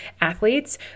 athletes